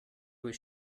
was